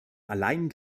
allein